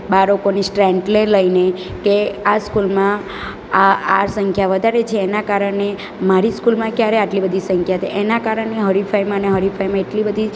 બાળકોની સ્ટ્રેન્થને લઈને કે આ સ્કૂલમાં આ આ સંખ્યા વધારે એના કારને મારી સ્કૂલમાં ક્યારે આટલી બધી સંખ્યા છે એના કારણે હરીફાઈમાં ને હરીફાઈમાં એટલી બધી